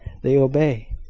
they obey,